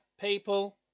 people